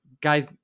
guys